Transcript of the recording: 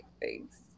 thanks